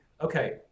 okay